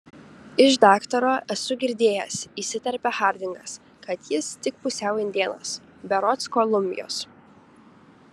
iš daktaro esu girdėjęs įsiterpia hardingas kad jis tik pusiau indėnas berods kolumbijos